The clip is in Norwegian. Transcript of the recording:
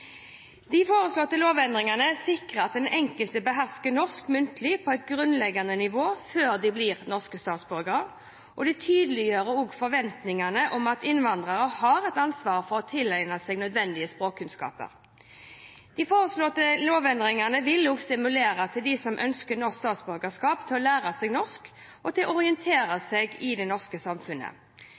De foreslåtte lovendringene sikrer at den enkelte behersker norsk muntlig på et grunnleggende nivå før de blir norske statsborgere, og tydeliggjør forventningen om at innvandrere har et ansvar for å tilegne seg nødvendige språkkunnskaper. De foreslåtte lovendringene vil stimulere dem som ønsker norsk statsborgerskap, til å lære seg norsk og til å orientere seg i det norske samfunnet.